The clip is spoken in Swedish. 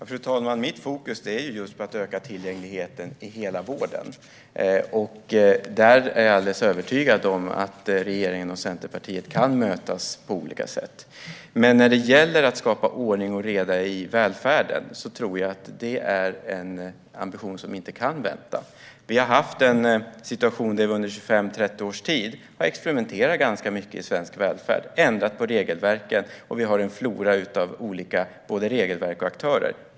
Fru talman! Mitt fokus är just att öka tillgängligheten i hela vården. Där är jag alldeles övertygad om att regeringen och Centerpartiet kan mötas på olika sätt. Men att skapa ordning och reda i välfärden tror jag är en ambition som inte kan vänta. Vi har under 25-30 års tid haft en situation där vi har experimenterat ganska mycket i svensk välfärd och ändrat på regelverken. Vi har en flora av olika regelverk och aktörer.